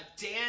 Dan